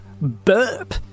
burp